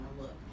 look